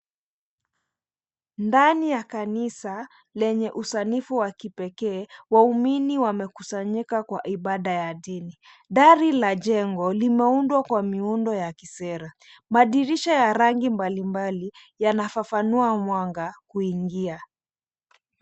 Ndani ya kanisa, lenye usanifu wa kipekee, waumini wamekusanyika kwa ibada ya dini. Dari la jengo, limeundwa kwa miundo ya kisera. Madirisha ya rangi mbalimbali, yanafafanua mwanga kuingia.